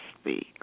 speak